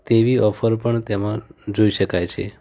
તેવી ઑફર પણ તેમાં જોઈ શકાય છે